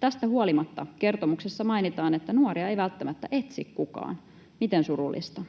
Tästä huolimatta kertomuksessa mainitaan, että nuoria ei välttämättä etsi kukaan — miten surullista.